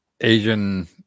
Asian